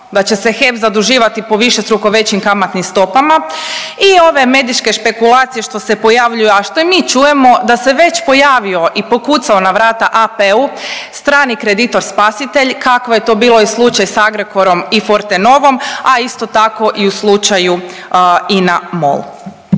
da će se HEP zaduživati po višestruko većim kamatnim stopama. I ove medijske špekulacije što se pojavljuju, a što i mi čujemo da se već pojavio i pokucao na vrata APU, strani kreditor spasitelj kako je to bio slučaj i sa Agrokorom i Forte novom, a isto tako i u slučaju INA, MOL.